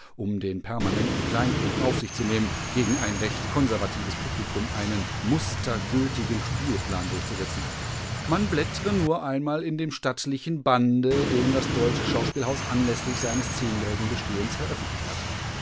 um den permanenten kleinkrieg auf sich zu nehmen gegen ein recht konservatives publikum einen mustergültigen spielplan durchzusetzen man blättre nur einmal in dem stattlichen bande den das deutsche schauspielhaus anläßlich seines zehnjährigen bestehens veröffentlicht hat